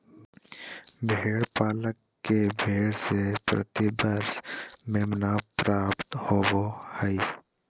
भेड़ पालक के भेड़ से प्रति वर्ष मेमना प्राप्त होबो हइ